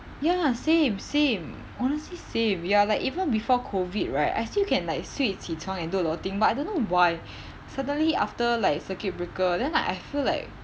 ya same same honestly same ya like even before COVID right I still can like 睡起床 and do a lot of thing but I don't know why suddenly after like circuit breaker then like I feel like